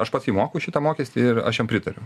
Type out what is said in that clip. aš pats jį moku šitą mokestį ir aš jam pritariu